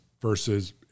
versus